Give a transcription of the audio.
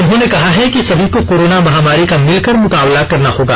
उन्होंने कहा है कि सभी को कोरोना महामारी का मिलकर मुकाबला करना होगा